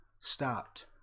stopped